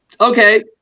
okay